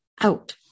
out